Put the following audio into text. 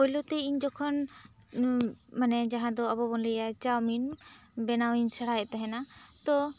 ᱯᱩᱭᱞᱩ ᱛᱮ ᱤᱧ ᱡᱚᱠᱷᱚᱱ ᱢᱟᱱᱮ ᱡᱟᱦᱟᱸ ᱫᱚ ᱟᱵᱚ ᱵᱚᱱ ᱞᱟᱹᱭᱟ ᱪᱟᱣᱢᱤᱱ ᱵᱮᱱᱟᱣ ᱤᱧ ᱥᱮᱬᱟᱭᱮᱫ ᱛᱟᱦᱮᱱᱟ ᱛᱚ